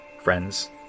friends